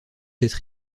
être